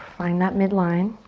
find that midline.